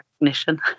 recognition